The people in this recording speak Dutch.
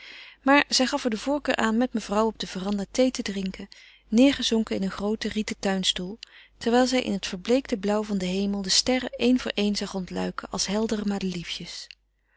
maar zij gaf er de voorkeur aan met mevrouw op de veranda thee te drinken neêrgezonken in een grooten rieten leunstoel terwijl zij in het verbleekte blauw van den hemel de sterren een voor een zag ontluiken als heldere madeliefjes